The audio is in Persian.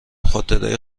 خاطره